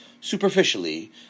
superficially